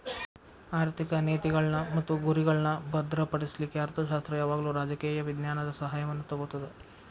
ಆರ್ಥಿಕ ನೇತಿಗಳ್ನ್ ಮತ್ತು ಗುರಿಗಳ್ನಾ ಭದ್ರಪಡಿಸ್ಲಿಕ್ಕೆ ಅರ್ಥಶಾಸ್ತ್ರ ಯಾವಾಗಲೂ ರಾಜಕೇಯ ವಿಜ್ಞಾನದ ಸಹಾಯವನ್ನು ತಗೊತದ